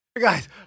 guys